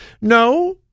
No